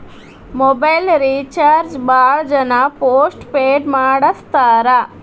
mobile recharge ಭಾಳ್ ಜನ postpaid ಮಾಡಸ್ತಾರ